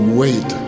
wait